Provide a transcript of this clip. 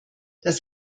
das